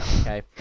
Okay